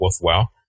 worthwhile